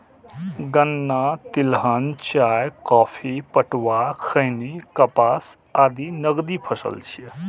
गन्ना, तिलहन, चाय, कॉफी, पटुआ, खैनी, कपास आदि नकदी फसल छियै